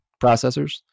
processors